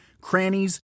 crannies